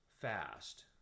fast